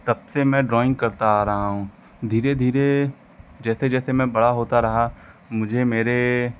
तब से मैं ड्राइंग करता आ रहा हूँ धीरे धीरे जैसे जैसे मैं बड़ा होता रहा मुझे मेरे